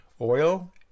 Oil